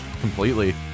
completely